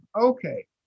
okay